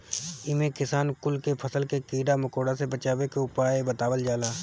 इमे किसान कुल के फसल के कीड़ा मकोड़ा से बचावे के उपाय बतावल जाला